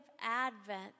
Advent